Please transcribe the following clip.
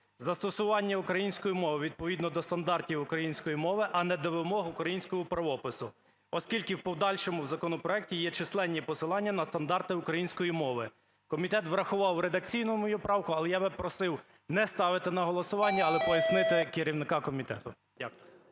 "застосуванню української мови відповідно до стандартів української мови, а не до вимог українського правопису", оскільки в подальшому в законопроекті є численні посилання на стандарти української мови. Комітет врахував редакційно мою правку, але я попроси не ставити на голосування, але пояснити керівника комітету.